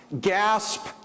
gasp